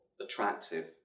attractive